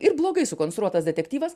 ir blogai sukonstruotas detektyvas